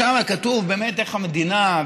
שם כתוב באמת איך המדינה,